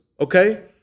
Okay